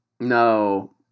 No